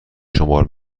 شمار